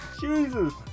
Jesus